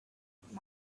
planet